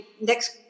next